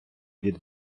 від